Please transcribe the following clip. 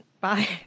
bye